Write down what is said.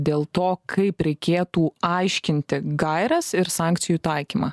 dėl to kaip reikėtų aiškinti gaires ir sankcijų taikymą